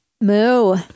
Moo